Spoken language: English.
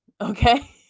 okay